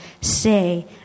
say